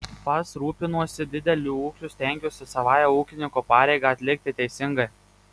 pats rūpinuosi dideliu ūkiu stengiuosi savąją ūkininko pareigą atlikti teisingai